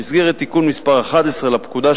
במסגרת תיקון מס' 11 לפקודה,